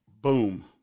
boom